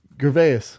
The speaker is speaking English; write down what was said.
Gervais